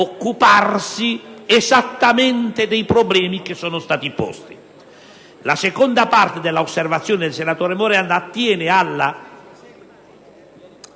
occuparsi esattamente dei problemi che sono stati posti. La seconda parte dell'osservazione del senatore Morando attiene alla